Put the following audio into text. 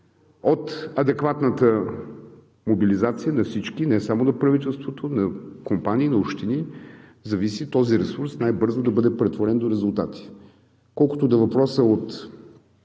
От адекватната мобилизация на всички, не само на правителството, но и на компании, на общини, зависи този ресурс най-бързо да бъде претворен до резултати.